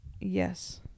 yes